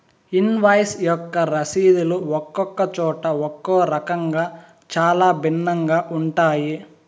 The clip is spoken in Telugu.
ఇన్వాయిస్ యొక్క రసీదులు ఒక్కొక్క చోట ఒక్కో రకంగా చాలా భిన్నంగా ఉంటాయి